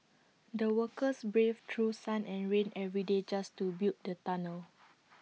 the workers braved through sun and rain every day just to build the tunnel